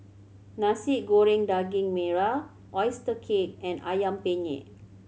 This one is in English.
Nasi Goreng Daging Merah oyster cake and Ayam Penyet